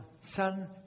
Son